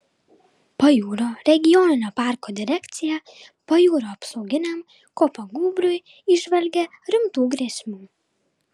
pajūrio regioninio parko direkcija pajūrio apsauginiam kopagūbriui įžvelgia rimtų grėsmių